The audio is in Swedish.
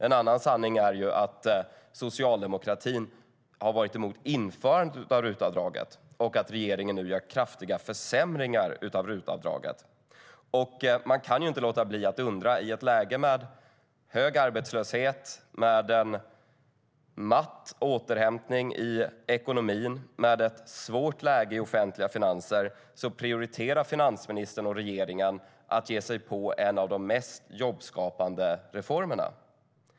En annan sanning är att socialdemokratin har varit emot införandet av RUT-avdraget och att regeringen nu vill göra kraftiga försämringar av RUT-avdraget. Man kan inte låta bli att undra i ett läge med hög arbetslöshet, med en matt återhämtning i ekonomin och med ett svårt läge i de offentliga finanserna att finansministern och regeringen prioriterar att ge sig på en av de mest jobbskapande reformerna.